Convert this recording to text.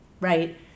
right